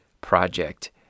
project